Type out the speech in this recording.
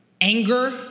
anger